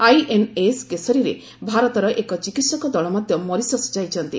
INS କେଶରୀରେ ଭାରତର ଏକ ଚିକିତ୍ସକ ଦଳ ମଧ୍ୟ ମରିସସ୍ ଯାଇଛନ୍ତି